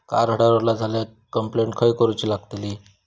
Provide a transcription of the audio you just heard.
Card हरवला झाल्या complaint खय करूची लागतली?